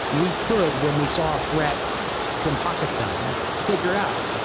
we could, when we saw a threat from pakistan, figure out,